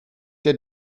der